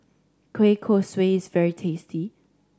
kueh kosui is very tasty